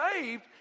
saved